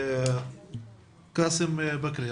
קאסם בכרי,